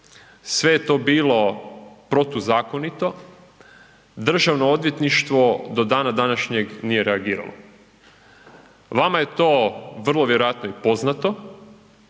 sve je to bilo protuzakonito, državno odvjetništvo do dana današnjeg nije reagiralo. Vama je to vrlo vjerojatno i poznato,